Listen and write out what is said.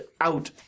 out